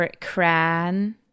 Cran